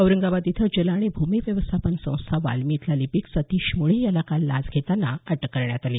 औरंगाबाद इथं जल आणि भूमी व्यवस्थापन संस्था वाल्मी इथला लिपिक सतीश मुळे याला काल लाच घेताना अटक करण्यात आली